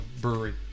Brewery